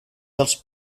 dels